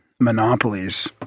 Monopolies